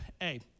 hey